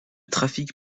trafic